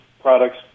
products